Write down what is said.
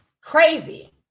crazy